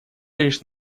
лишь